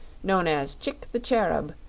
known as chick the cherub,